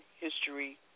history